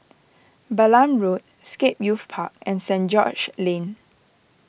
Balam Road Scape Youth Park and Saint George's Lane